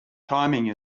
timing